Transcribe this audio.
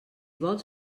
vols